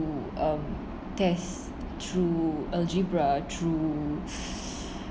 um test through algebra through